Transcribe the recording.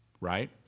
Right